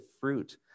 fruit